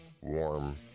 warm